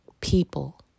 people